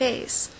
face